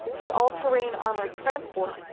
the all terrain armoured transport,